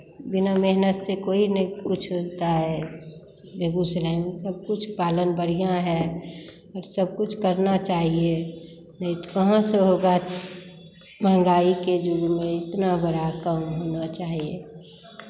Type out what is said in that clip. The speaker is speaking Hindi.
बिना मेहनत से कोई नहीं कुछ उगता है बेगूसराय में सब कुछ पालन बढ़ियाँ है और सब कुछ करना चाहिए नहीं तो कहाँ से होगा महंगाई के युग में इतना बड़ा काम होना चाहिए